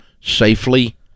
safely